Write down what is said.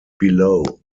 below